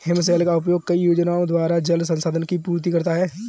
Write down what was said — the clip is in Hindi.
हिमशैल का उपयोग कई योजनाओं द्वारा जल संसाधन की पूर्ति करता है